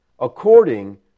according